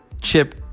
Chip